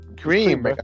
cream